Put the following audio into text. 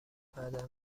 بعدا